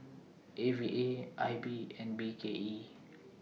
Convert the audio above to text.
A V A I B and B K E